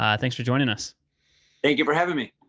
ah thanks for joining us. thank you for having me.